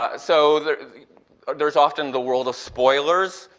ah so there's there's often the world of spoilers,